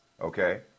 okay